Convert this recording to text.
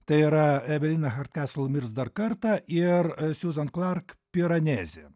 tai yra evelina hartesil mirs dar kartą ir siuzen klark pironezė